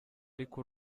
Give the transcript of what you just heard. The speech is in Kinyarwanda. ariko